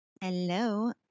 Hello